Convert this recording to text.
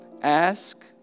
Ask